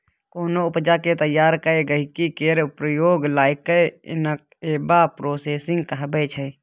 कोनो उपजा केँ तैयार कए गहिंकी केर प्रयोग लाएक बनाएब प्रोसेसिंग कहाबै छै